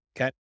Okay